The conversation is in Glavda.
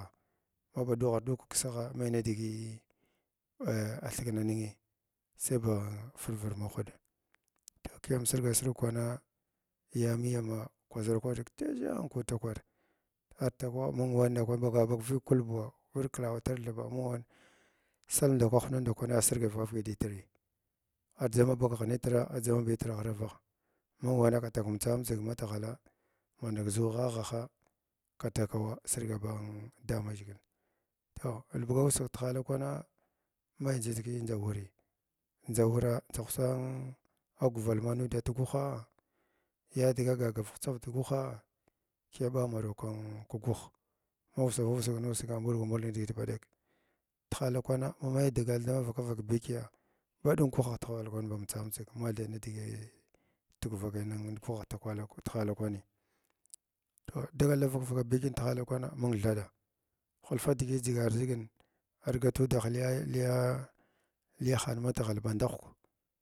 Ma ba ɗughanta dug kiksagha mai nidigi ah alhikna ninghi sai ba firviɗ mahwuɗi tullyu amsirga sirga kwana ya muyamag kwagal kwaʒig yandʒan ko tukwar atakwal mung wan wand ndakwan ɓaga ɓag kvig kul buwa, ɦyəy klatar thaba, mung wa saldakwah ndakwai asirgai kvavaki dittri adʒama bakgh adʒama na itr ghravagh mung wana nɓatag imtsa imtsig matshala mɓatu zu ghaha ha kataw ay sirga ba eh damaʒhigl toh ulbugussig tihala kwana mai tha ndigi ndʒawai ndʒawurar ndʒa hutsa ahah gubalman nud da tguha ya dga gagar huts da tguhaa kiya ɓa maraw hra ti tguh mava fitsal vitsin nusiga mulgu mulg kdigit ba ɗek tihala kwana ma mai digal davaka vaki bidyəya ɓaɗum guhah tihala kwan ba imtsamtsga mathai nidigi tu kirakai nin guha hh hhala kwani toh dagal davaka yaka bəkyan tihala kwana thaɗa hulfa digi dzigar dzigin ar gatudghliya liya liyahan matghal band ahwka